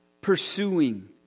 Pursuing